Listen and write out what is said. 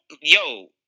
Yo